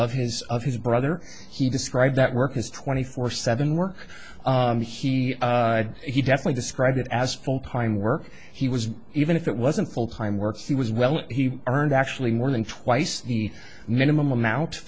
of his of his brother he described that work as twenty four seven work he he definitely described it as full time work he was even if it wasn't full time work he was well he earned actually more than twice the minimum amount